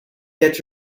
get